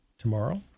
Tomorrow